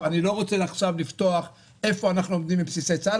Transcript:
אני לא רוצה עכשיו לפתוח איפה אנחנו עומדים עם בסיסי צה"ל,